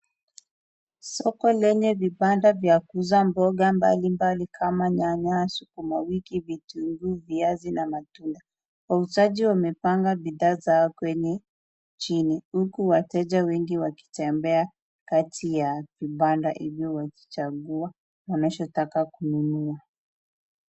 Soko lenye vibanda vya kuuza mboga mbalimbali kama nyanya, sukuma wiki, vitunguu, viazi na matunda. Wauzaji wamepanga bidhaa zao kwenye chini huku wateja wengi wakitembea kati ya vibanda hivyo wakichagua wanacho taka kununua.